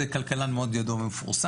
זה כלכלן מאוד ידוע ומפורסם.